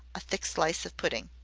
a thick slice of pudding.